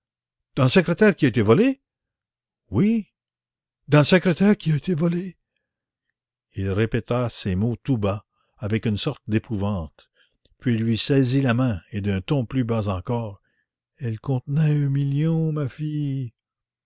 secrétaire qui a été volé oui dans le secrétaire qui a été volé il répéta ces mots tout bas avec une sorte d'épouvante puis il lui saisit la main et d'un ton plus bas encore elle contenait un million ma fille